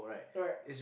right